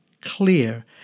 clear